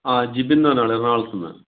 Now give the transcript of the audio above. ആ ജിബിൻ എന്ന് പറയുന്ന ആൾ എറണാകുളത്ത്ന്ന്